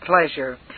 pleasure